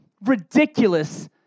ridiculous